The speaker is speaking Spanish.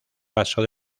paso